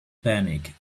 panic